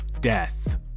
death